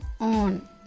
on